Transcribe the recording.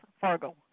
Fargo